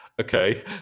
Okay